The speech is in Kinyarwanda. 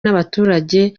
n’abaturage